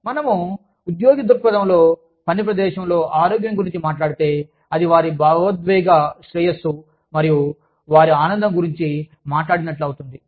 మనము ఉద్యోగి దృక్పథంలో పని ప్రదేశంలో ఆరోగ్యం గురించి మాట్లాడితే అది వారి భావోద్వేగ శ్రేయస్సు మరియు వారి ఆనందం గురించి మాట్లాడినట్లు అవుతుంది